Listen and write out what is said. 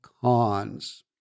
cons